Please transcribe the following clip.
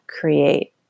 create